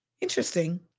Interesting